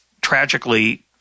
tragically